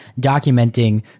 documenting